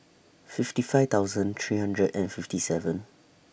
fifty five thousand three hundred and fifty seven